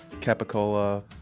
capicola